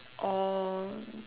or